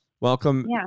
Welcome